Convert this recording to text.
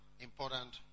important